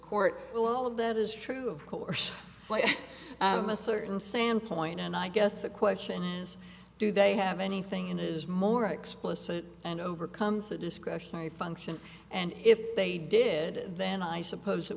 court well all of that is true of course but a certain standpoint and i guess the question is do they have anything in is more explicit and overcomes the discretionary function and if they did then i suppose it